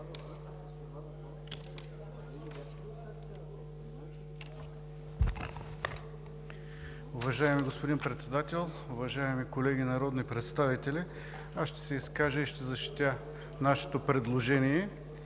Уважаеми господин Председател, уважаеми колеги народни представители! Аз ще се изкажа и ще защитя нашето предложение